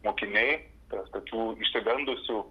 mokiniai tas tokių išsigandusių